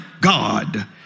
God